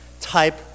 type